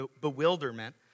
bewilderment